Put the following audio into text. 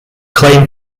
claim